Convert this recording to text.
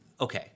okay